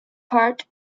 part